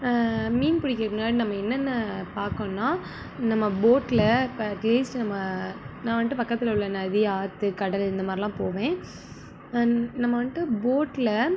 மீன் பிடிக்கிறதுக்கு முன்னாடி நம்ம என்னென்ன பார்க்கணுன்னா நம்ம போட்டில் இப்போ அட்லீஸ்ட் நம்ம நான் வந்துட்டு பக்கத்தில் உள்ள நதி ஆற்று கடல் இந்த மாரிலாம் போவேன் அண்ட் நம்ம வந்துட்டு போட்டில்